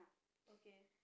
okay